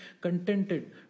contented